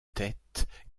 tête